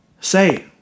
Say